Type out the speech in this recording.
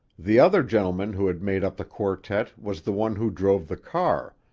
the other gentleman who had made up the quartet was the one who drove the car,